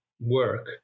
work